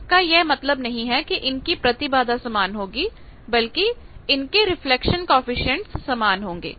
इसका यह मतलब नहीं है कि इनकी प्रतिबाधा समान होगी बल्कि इनके रिफ्लेक्शन कॉएफिशिएंट समान होंगे